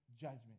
judgment